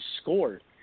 scored